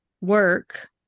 work